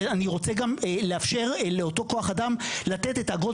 שאני רוצה גם לאפשר לאותו כוח אדם לתת את האגרות